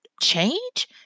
change